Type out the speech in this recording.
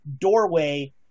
doorway